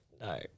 no